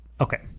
Okay